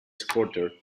supporter